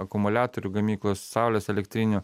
akumuliatorių gamyklos saulės elektrinių